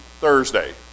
Thursday